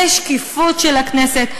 בשקיפות של הכנסת,